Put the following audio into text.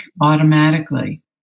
automatically